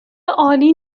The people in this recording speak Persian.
عالی